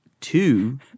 two